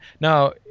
Now